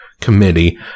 committee